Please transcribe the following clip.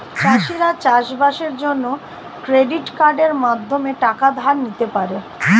চাষিরা চাষবাসের জন্য ক্রেডিট কার্ডের মাধ্যমে টাকা ধার নিতে পারে